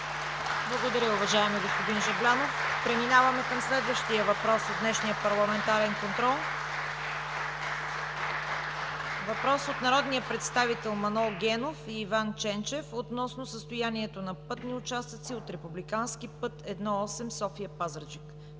Благодаря, уважаеми господин Жаблянов. Преминаваме към следващия въпрос от днешния парламентарен контрол, който е от народните представители Манол Генов и Иван Ченчев относно състоянието на пътни участъци от републикански път I-8 София – Пазарджик.